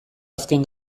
azken